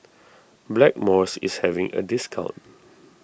Blackmores is having a discount